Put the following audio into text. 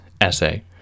essay